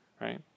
right